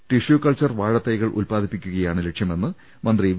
tissue culture വാഴത്തൈകൾ ഉല്പാദിപ്പിക്കുകയാണ് ലക്ഷ്യമെന്ന് മന്ത്രി വി